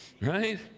Right